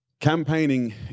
Campaigning